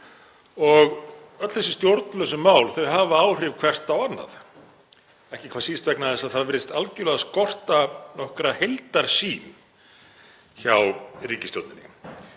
Öll þessi stjórnlausu mál hafa áhrif hvert á annað, ekki hvað síst vegna þess að það virðist algjörlega skorta nokkra heildarsýn hjá ríkisstjórninni.